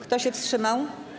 Kto się wstrzymał?